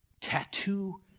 tattoo